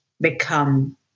become